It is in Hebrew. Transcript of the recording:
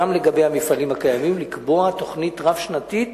גם לגבי המפעלים הקיימים לקבוע תוכנית רב-שנתית